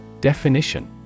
Definition